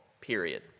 period